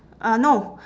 uh no